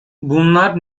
bunlar